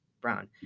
Brown